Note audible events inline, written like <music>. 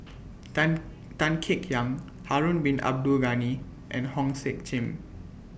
<noise> Tan Tan Kek Hiang Harun Bin Abdul Ghani and Hong Sek Chern